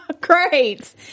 Great